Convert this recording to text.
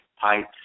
pipes